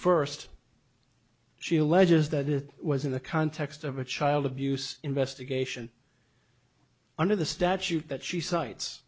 first she alleges that it was in the context of a child abuse investigation under the statute that she cites